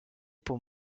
pour